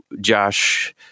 Josh